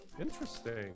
Interesting